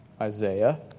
Isaiah